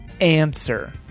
answer